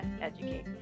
educate